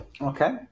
Okay